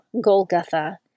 Golgotha